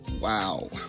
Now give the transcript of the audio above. Wow